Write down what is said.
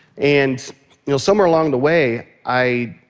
and you know somewhere along the way i